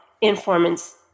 informants